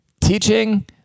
teaching